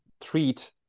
treat